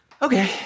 Okay